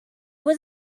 was